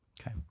Okay